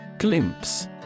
Glimpse